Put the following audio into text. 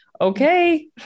okay